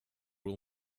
will